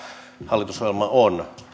hallitusohjelma on